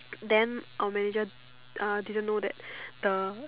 then our manager uh didn't know that the